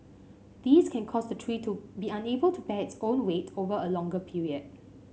these can cause the tree to be unable to bear its own weight over a longer period